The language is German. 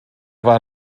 war